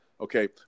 Okay